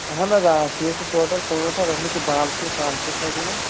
اَہَن حظ آ فیٖس چھُ ٹوٹل پٲنٛژھ ہَتھ اَتھ منٛز چھِ بال فیٖس وال فیٖس حظ یِوان